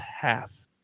half